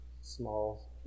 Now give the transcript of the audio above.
small